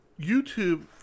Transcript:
YouTube